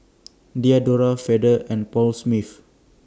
Diadora Feather and Paul Smith